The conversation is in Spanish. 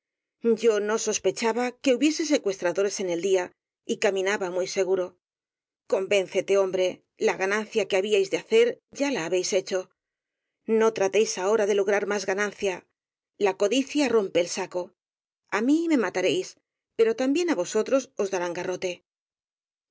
yo no sospechaba que hubiese secuestradores en el día y caminaba muy seguro convéncete hombre la ganancia que habíais de hacer ya la habéis hecho no tratéis ahora de lograr más ganancia la codicia rompe el saco á mí me mataréis pero también á vosotros os darán garrote